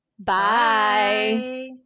Bye